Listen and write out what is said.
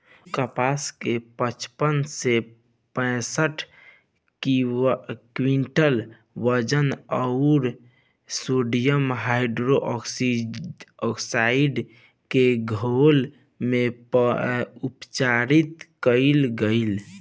उ कपास के पचपन से पैसठ क्विंटल वजन अउर सोडियम हाइड्रोऑक्साइड के घोल में उपचारित कइल गइल